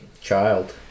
child